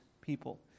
people